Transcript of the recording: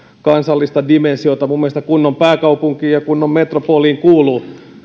kansallista dimensiota minun mielestäni kunnon pääkaupunkiin ja kunnon metropoliin kuuluu